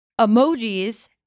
Emojis